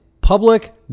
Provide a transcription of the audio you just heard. public